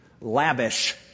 lavish